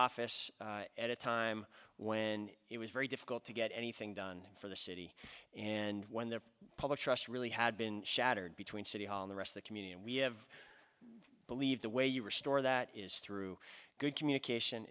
office at a time when it was very difficult to get anything done for the city and when the public trust really had been shattered between city hall the rest of the community and we have believe the way you restore that is through good communication